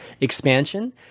expansion